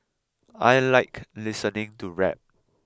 I like listening to rap